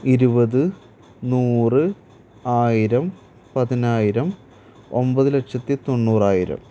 ഇരുപത് നൂറ് ആയിരം പതിനായിരം ഒമ്പത് ലക്ഷത്തി തൊണ്ണൂറായിരം